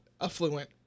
affluent